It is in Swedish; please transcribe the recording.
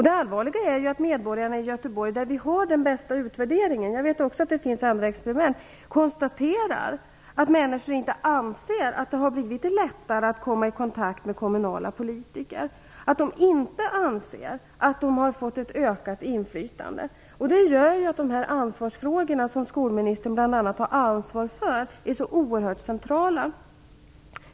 Det allvarliga är att medborgarna i Göteborg, där vi har den bästa utvärderingen - jag vet att det finns andra experiment - konstaterar att det inte har blivit lättare att komma i kontakt med kommunala politiker, att de inte anser att de har fått ett ökat inflytande. Det gör att ansvarsfrågorna, som skolministern bl.a. har ansvar för, är så oerhört centrala.